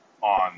on